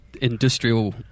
industrial